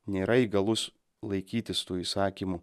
nėra įgalus laikytis tų įsakymų